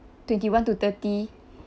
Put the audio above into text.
twenty one to thirty